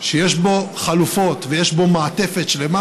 שיש בו חלופות ויש בו מעטפת שלמה,